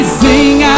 sing